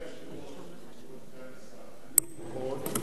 אדוני היושב-ראש, סגן השר, אני, לפחות,